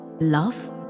Love